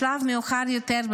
בשלב מאוחר יותר,